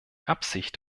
absicht